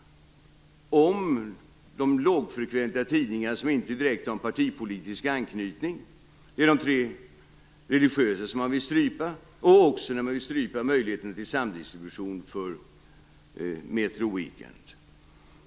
Det är de tre religiösa tidningarna som man vill strypa, liksom möjligheten till samdistribution för Metro Weekend.